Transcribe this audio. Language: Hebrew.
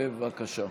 בבקשה.